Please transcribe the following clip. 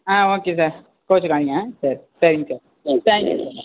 ஆ okay sir கோவிச்சிக்காதீங்க sir சரிங்க sir thank you